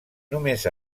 només